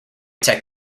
tech